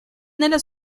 nella